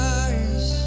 eyes